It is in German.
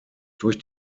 durch